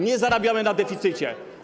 Nie zarabiamy na deficycie.